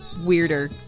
weirder